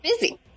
busy